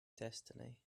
destiny